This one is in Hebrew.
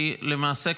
כי למעשה,